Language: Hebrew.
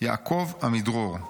יעקב עמידרור.